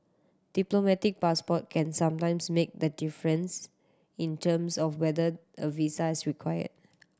diplomatic passport can sometimes make the difference in terms of whether a visa is required